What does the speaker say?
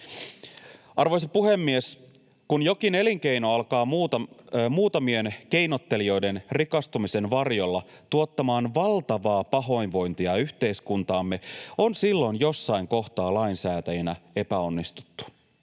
Arvoisa puhemies! Kun jokin elinkeino alkaa muutamien keinottelijoiden rikastumisen varjolla tuottamaan valtavaa pahoinvointia yhteiskuntaamme, on silloin jossain kohtaa lainsäätäjinä epäonnistuttu.